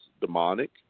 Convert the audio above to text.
demonic